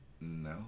No